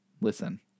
listen